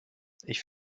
ich